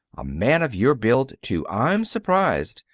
a man of your build, too! i'm surprised.